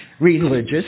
religious